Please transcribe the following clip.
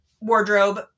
wardrobe